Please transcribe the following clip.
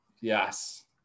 Yes